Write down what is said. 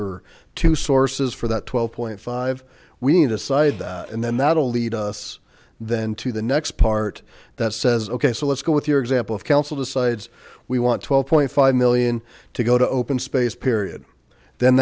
or two sources for that twelve point five we need aside and then that'll lead us then to the next part that says ok so let's go with your example of council decides we want twelve point five million to go to open space period th